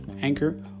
Anchor